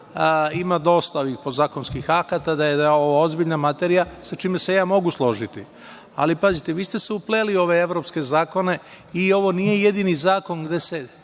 ima dosta ovih podzakonskih akata, da je ovo ozbiljna materija, sa čime se ja mogu složiti, ali, pazite, vi ste se upleli u ove evropske zakone i ovo nije jedini zakon gde se